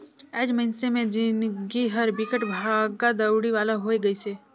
आएज मइनसे मे जिनगी हर बिकट भागा दउड़ी वाला होये गइसे